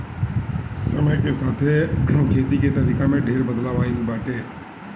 समय के साथे खेती के तरीका में ढेर बदलाव आइल बाटे